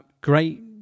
great